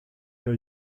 der